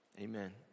amen